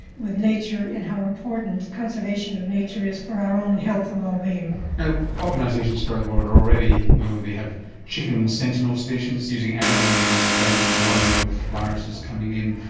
with nature and how important conservation of nature is for our own health and well being. now ah organisations throughout the world already, you know they have chicken sentinel stations using animals as advance warning of viruses coming in,